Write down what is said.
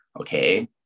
okay